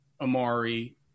Amari